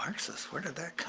marxist? where did that come